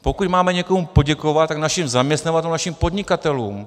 Pokud máme někomu poděkovat, tak našim zaměstnavatelům, našim podnikatelům.